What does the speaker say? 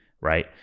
right